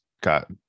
got